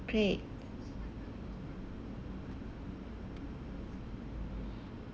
great